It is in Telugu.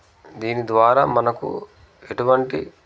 దీని ద్వారా మనకు ఎటువంటి